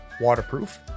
waterproof